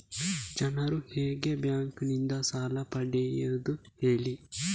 ಜನರು ಹೇಗೆ ಬ್ಯಾಂಕ್ ನಿಂದ ಸಾಲ ಪಡೆಯೋದು ಹೇಳಿ